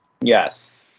Yes